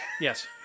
Yes